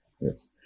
Yes